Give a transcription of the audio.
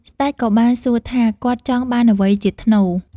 ស្ដេចក៏បានសួរថាគាត់ចង់បានអ្វីជាថ្នូរ។